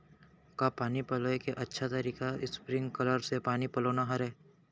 का पानी पलोय के अच्छा तरीका स्प्रिंगकलर से पानी पलोना हरय?